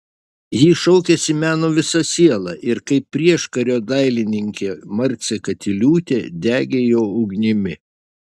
ji šaukėsi meno visa siela ir kaip prieškario dailininkė marcė katiliūtė degė jo ugnimi